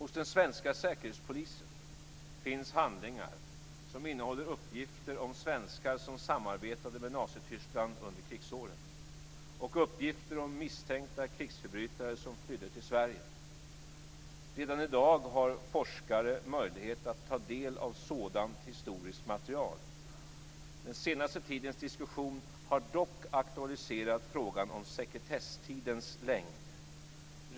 Hos den svenska säkerhetspolisen finns handlingar som innehåller uppgifter om svenskar som samarbetade med Nazityskland under krigsåren och uppgifter om misstänkta krigsförbrytare som flydde till Sverige. Redan i dag har forskare möjlighet att ta del av sådant historiskt material. Den senaste tidens diskussion har dock aktualiserat frågan om sekretesstidens längd.